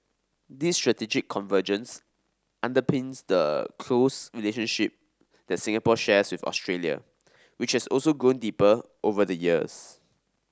this strategic convergence underpins the close relationship that Singapore shares with Australia which has grown deeper over the years